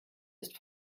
ist